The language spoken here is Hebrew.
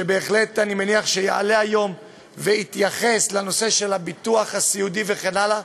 שבהחלט אני מניח שיעלה היום ויתייחס לנושא הביטוח הסיעודי וכן הלאה